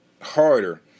harder